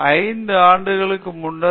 ஹேமந்த் எனவே 5 ஆண்டுகள் முன்னர் நான் பி